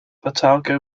otago